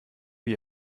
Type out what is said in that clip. wie